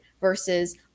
versus